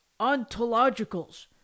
ontologicals